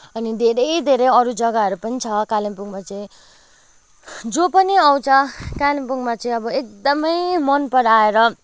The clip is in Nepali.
अनि धेरै धेरै अरू जग्गाहरू पनि छ कालिम्पोङमा चाहिँ जो पनि आउँछ कालिम्पोङमा चाहिँ अब एकदमै मन पराएर